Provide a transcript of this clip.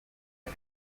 ere